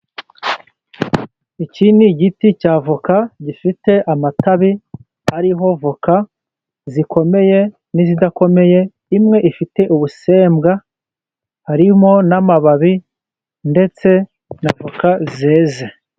Iki ni igiti cya avoka gifite amatabi ariho avoka zikomeye n'izidakomeye , imwe ifite ubusembwa , harimo n'amababi ndetse na avoka zeze.